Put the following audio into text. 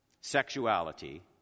sexuality